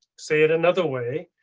say it another way.